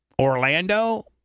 Orlando